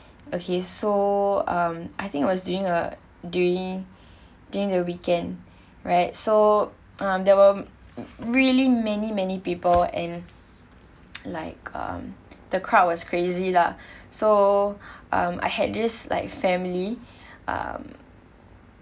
okay so um I think it was during uh during during the weekend right so um there were really many many people and like um the crowd was crazy lah so um I had this like family um